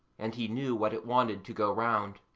and he knew what it wanted to go round.